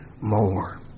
more